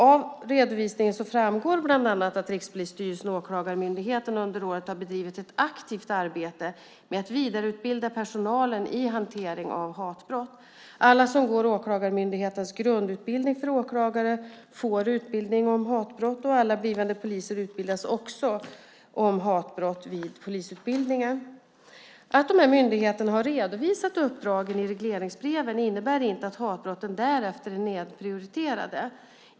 Av redovisningen framgår bland annat att Rikspolisstyrelsen och Åklagarmyndigheten under året har bedrivit ett aktivt arbete med att vidareutbilda personalen i hanteringen av hatbrott. Alla som går Åklagarmyndighetens grundutbildning för åklagare får utbildning om hatbrott. Alla blivande poliser utbildas också om hatbrott vid polisutbildningen. Att myndigheterna har redovisat uppdragen i regleringsbreven innebär inte att hatbrotten därefter är nedprioriterade.